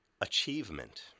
achievement